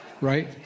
Right